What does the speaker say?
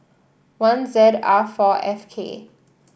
one Z R four F K